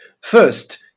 First